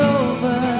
over